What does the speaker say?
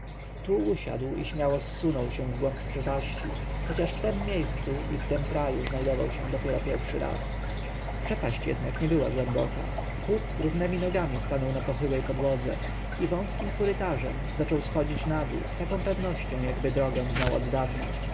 tu usiadł i śmiało zsunął się w głąb przepaści chociaż w tem miejscu i w tym kraju znajdował się dopiero pierwszy raz przepaść jednak nie była głęboka phut równemi nogami stanął na pochyłej podłodze i wąskim korytarzem zaczął schodzić nadół z taką pewnością jakby drogę znał oddawna